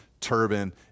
turban